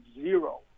zero